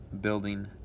building